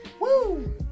Woo